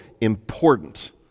important